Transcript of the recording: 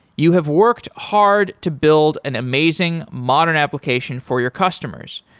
you have worked hard to build an amazing modern application for your customers.